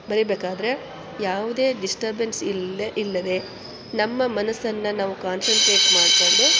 ಬರಿಬೇಕಾದ್ರೆ ಯಾವುದೇ ಡಿಸ್ಟರ್ಬೆನ್ಸ್ ಇಲ್ಲೇ ಇಲ್ಲದೇ ನಮ್ಮ ಮನಸನ್ನು ನಾವು ಕಾನ್ಸಂಟ್ರೇಟ್ ಮಾಡಿಕೊಂಡು